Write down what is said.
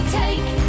take